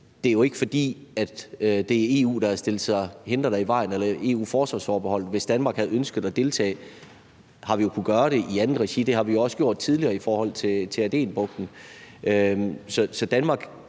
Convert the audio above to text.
eller forsvarsforbeholdet, der har stillet sig hindrende i vejen. Hvis Danmark har ønsket at deltage, har vi jo kunnet gøre det i andet regi, og det har vi jo også gjort tidligere i forhold til Adenbugten. Så Danmark